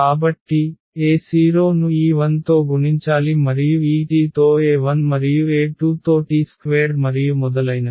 కాబట్టి a0 ను ఈ 1 తో గుణించాలి మరియు ఈ t తో a1 మరియు a2 తో t² మరియు మొదలైనవి